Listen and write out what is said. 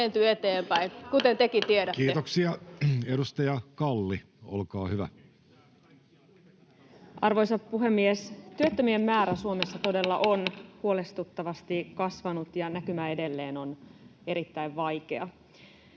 Kiitoksia. — Edustaja Kalli, olkaa hyvä. Arvoisa puhemies! Työttömien määrä Suomessa todella on huolestuttavasti kasvanut ja näkymä edelleen on erittäin vaikea.